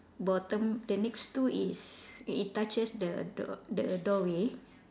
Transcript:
bottom the next two is it it touches the the the doorway